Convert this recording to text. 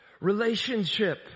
relationship